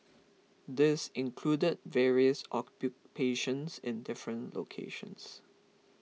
this included various occupations in different locations